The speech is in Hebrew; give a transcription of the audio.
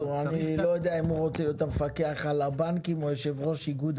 יש לנו על מה